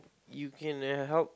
you can uh help